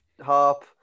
harp